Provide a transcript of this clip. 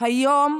היום